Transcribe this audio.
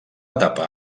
etapa